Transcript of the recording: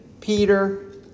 Peter